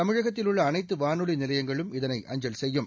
தமிழகத்தில் உள்ள அனைத்து வானொலி நிலையங்களும் இதனை அஞ்சல் செய்யும்